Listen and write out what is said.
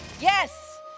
Yes